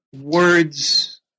words